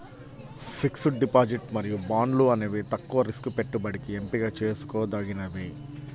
fixed deposit మరియు బాండ్లు అనేవి తక్కువ రిస్క్ పెట్టుబడికి ఎంపిక చేసుకోదగినవి